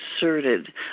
inserted